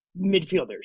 midfielders